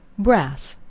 brass.